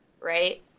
Right